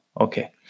okay